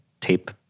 tape